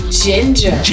ginger